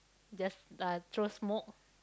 just uh throw smoke